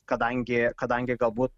kadangi kadangi galbūt